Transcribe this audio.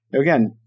Again